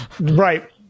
right